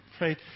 right